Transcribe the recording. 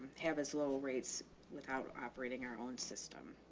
have as low rates without operating our own system.